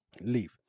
leave